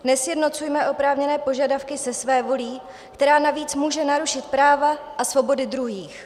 Nesjednocujme oprávněné požadavky se svévolí, která navíc může narušit práva a svobody druhých.